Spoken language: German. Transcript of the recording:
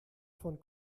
von